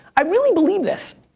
i really believe this.